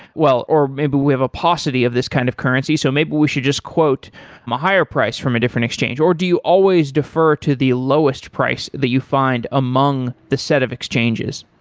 well, or maybe we have a paucity of this kind of currency. so maybe we should just quote um a higher price from a different exchange, or do you always defer to the lowest price that you find among the set of exchanges?